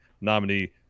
nominee